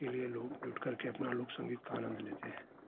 के लिए लोग जुटकर के अपना लोक संगीत का आनंद लेते हैं